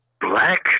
Black